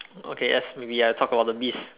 okay let's maybe ya talk about the beast